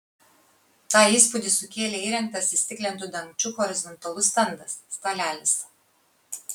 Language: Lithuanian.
tą įspūdį sukėlė įrengtas įstiklintu dangčiu horizontalus stendas stalelis